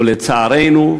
ולצערנו,